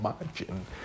imagine